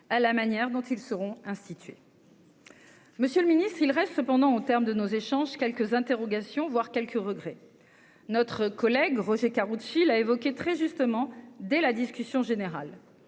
à la manière dont ils seront institués. Monsieur le Ministre, il reste cependant en terme de nos échanges quelques interrogations, voire quelques regrets, notre collègue Roger Karoutchi là évoqué très justement des la discussion générale,